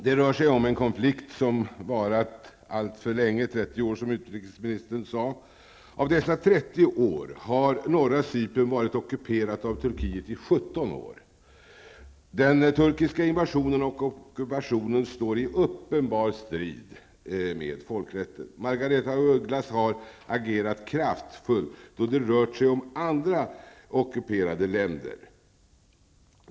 Det rör sig om en konflikt som varat alltför länge -- 30 år, som utrikesministern anger. Av dessa 30 år har norra Cypern varit ockuperat av Turkiet i 17 år. Den turkiska invasionen och ockupationen står i uppenbar strid med folkrätten. Margaretha af Ugglas har agerat kraftfullt då det rört sig om andra ockuperade länder.